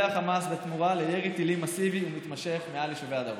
החמאס בתמורה לירי טילים מסיבי ומתמשך מעל יישובי הדרום?